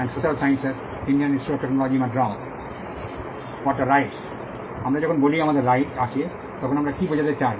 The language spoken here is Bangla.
আমরা যখন বলি আমাদের রাইট আছে তখন আমরা কী বোঝাতে চাই